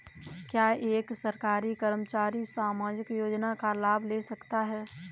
क्या एक सरकारी कर्मचारी सामाजिक योजना का लाभ ले सकता है?